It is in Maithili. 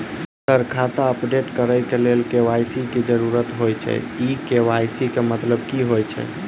सर खाता अपडेट करऽ लेल के.वाई.सी की जरुरत होइ छैय इ के.वाई.सी केँ मतलब की होइ छैय?